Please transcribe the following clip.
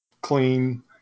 clean